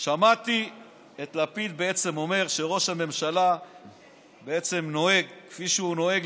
שמעתי את לפיד אומר שראש הממשלה בעצם נוהג כפי שהוא נוהג,